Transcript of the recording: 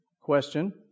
question